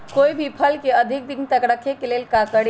कोई भी फल के अधिक दिन तक रखे के ले ल का करी?